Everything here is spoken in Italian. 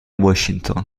washington